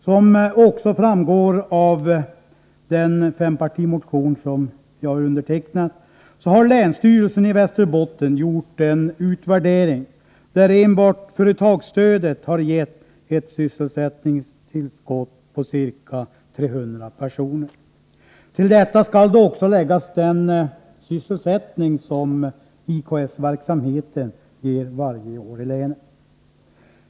Som också framgår av den fempartimotion som jag undertecknat har länsstyrelsen i Västerbotten gjort en utvärdering, som visar att enbart företagsstödet har gett ett sysselsättningstillskott på ca 300 personer. Till detta skall också läggas den sysselsättning som IKS-verksamheten ger varje år i länet.